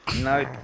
No